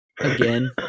again